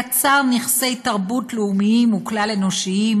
בה יצר נכסי תרבות לאומיים וכלל-אנושיים